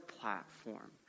platform